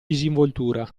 disinvoltura